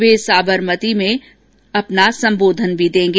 वे साबरमती में अपना संबोधन भी देंगे